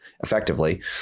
effectively